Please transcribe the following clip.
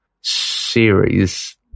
series